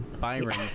Byron